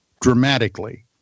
dramatically